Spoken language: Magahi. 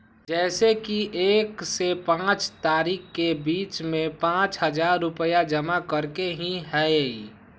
जैसे कि एक से पाँच तारीक के बीज में पाँच हजार रुपया जमा करेके ही हैई?